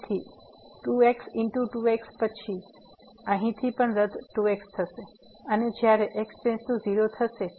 તેથી આથી 2x2x અને પછી અહીંથી પણ 2x રદ થશે અને જ્યારે x → 0 થશે